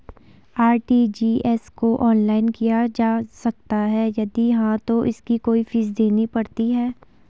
RTGS को online किया जा सकता है यदि हाँ तो इसकी कोई फीस देनी पड़ती है?